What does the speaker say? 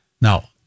Now